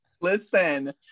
Listen